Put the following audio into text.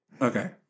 Okay